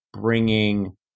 bringing